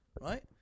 Right